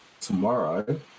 tomorrow